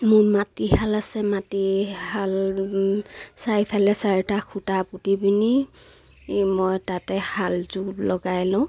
মোৰ মাটিশাল আছে মাটিশাল চাৰিওফালে চাৰিটা খুঁটা পুতি পিনি মই তাতে শালযোৰ লগাই লওঁ